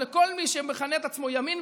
ולכל מי שמכנה את עצמו ימין,